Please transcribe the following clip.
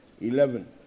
Eleven